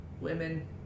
women